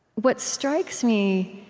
what strikes me,